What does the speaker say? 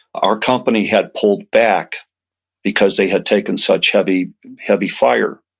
our company had pulled back because they had taken such heavy heavy fire.